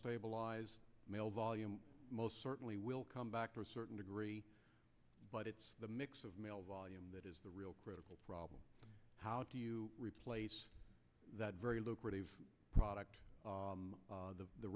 stabilise mail volume most certainly will come back to a certain degree but it's the mix of mail volume that is the real critical problem how do you replace that very lucrative product